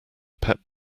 pet